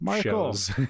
shows